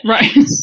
Right